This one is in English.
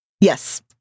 Yes